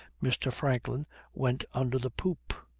mr. franklin went under the poop.